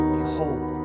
Behold